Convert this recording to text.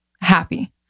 happy